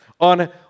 on